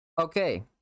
Okay